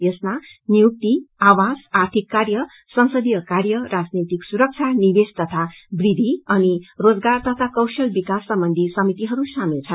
यसमा नियुक्ति आवास आर्थिक कार्य संसदीय कार्य राजनीतिक सुरक्षा निवेश तथा वुद्धि अनि रोजगार तथा कौशल विकास सम्बन्धी समितिहरू सामेल छन्